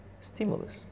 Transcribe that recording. stimulus